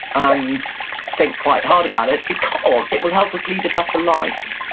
and think quite hard about it, because it would help us lead a better life.